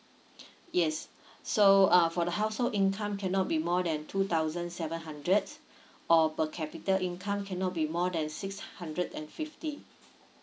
yes so uh for the household income cannot be more than two thousand seven hundreds or per capita income cannot be more than six hundred and fifty